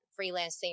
freelancing